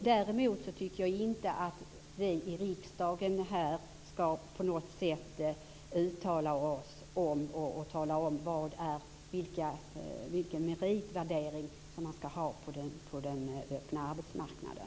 Däremot tycker jag inte att vi i riksdagen skall tala om värdering av meriter - som skall ske på den öppna arbetsmarknaden.